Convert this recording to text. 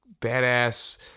badass